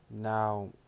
Now